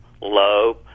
low